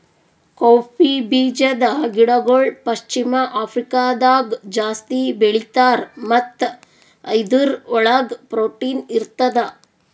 cowpea ಬೀಜದ ಗಿಡಗೊಳ್ ಪಶ್ಚಿಮ ಆಫ್ರಿಕಾದಾಗ್ ಜಾಸ್ತಿ ಬೆಳೀತಾರ್ ಮತ್ತ ಇದುರ್ ಒಳಗ್ ಪ್ರೊಟೀನ್ ಇರ್ತದ